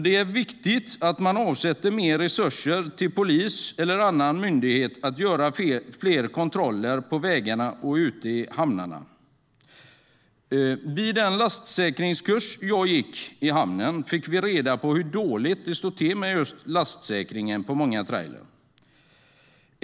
Det är viktigt att man avsätter mer resurser till polis eller annan myndighet för att göra fler kontroller på vägarna och i hamnarna. Vid en lastsäkringskurs i hamnen som jag gick fick vi reda på hur dåligt det står till med just lastsäkringen på många trailrar.